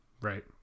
Right